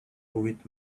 with